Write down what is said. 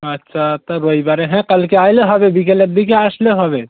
আচ্ছা তা রবিবারে হ্যাঁ কালকে আসলে হবে বিকেলের দিকে আসলে হবে